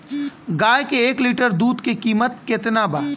गाय के एक लीटर दुध के कीमत केतना बा?